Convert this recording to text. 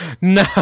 No